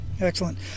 excellent